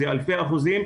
זה אלפי אחוזים.